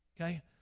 okay